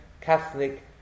Catholic